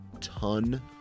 ton